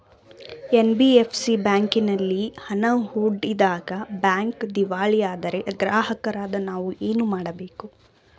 NBFC ಬ್ಯಾಂಕಿನಲ್ಲಿ ಹಣ ಹೂಡಿದಾಗ ಬ್ಯಾಂಕ್ ದಿವಾಳಿಯಾದರೆ ಗ್ರಾಹಕರಾದ ನಾವು ಏನು ಮಾಡಬೇಕು?